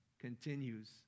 continues